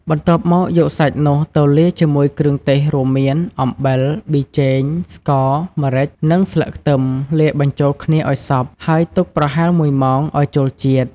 បន្ទាប់មកយកសាច់នោះ ទៅលាយជាមួយគ្រឿងទេសរួមមាន អំបិល ប៊ីចេង ស្ករ ម្រេច និងស្លឹកខ្លឹម លាយបញ្ចូលគ្នាឱ្យសព្វ ហើយទុកប្រហែល១ម៉ោងឱ្យចូលជាតិ។